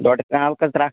ڈۄڈ کنال کٔژ تَرٛکھ